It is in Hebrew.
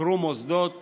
הוכרו מוסדות